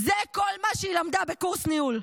זה כל מה שהיא למדה בקורס ניהול.